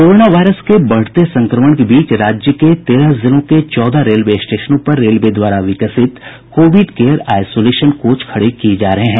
corona virus के बढ़ते संक्रमण के बीच राज्य के तेरह जिलों के चौदह रेलवे स्टेशनों पर रेलवे द्वारा विकसित कोविड केयर आईसोलेशन कोच खड़े किये जा रहे हैं